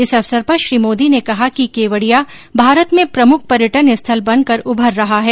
इस अवसर पर श्री मोदी ने कहा कि केवडिया भारत में प्रमुख पर्यटन स्थल बनकर उभर रहा है